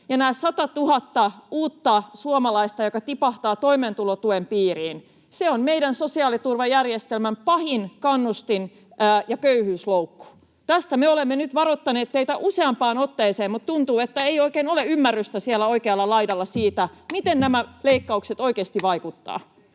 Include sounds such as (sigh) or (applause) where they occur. ja nämä satatuhatta uutta suomalaista tipahtavat toimeentulotuen piiriin, joka on meidän sosiaaliturvajärjestelmämme pahin kannustin‑ ja köyhyysloukku. Tästä me olemme nyt varoittaneet teitä useampaan otteeseen, mutta tuntuu, (noise) että ei oikein ole ymmärrystä siellä oikealla laidalla siitä, (noise) miten nämä leikkaukset oikeasti vaikuttavat.